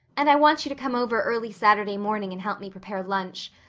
and i want you to come over early saturday morning and help me prepare lunch.